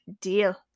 deal